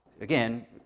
Again